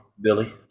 billy